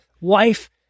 wife